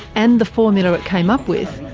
and the formula it came up with,